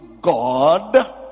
God